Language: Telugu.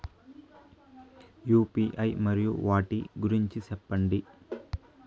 యు.పి.ఐ మరియు వాటి గురించి సెప్పండి?